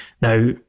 Now